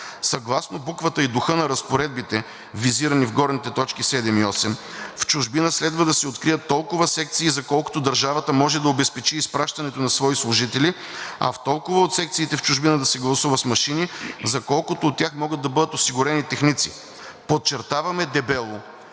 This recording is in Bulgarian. Съгласно буквата и духа на разпоредбите, визирани в горните т. 7 и 8, в чужбина следва да се открият толкова секции, за колкото държавата може да обезпечи изпращането на свои служители, а в толкова от секциите в чужбина да се гласува с машини, за колкото от тях могат да бъдат осигурени техници. Подчертаваме дебело,